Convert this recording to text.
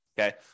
okay